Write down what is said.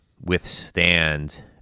withstand